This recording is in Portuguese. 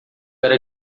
era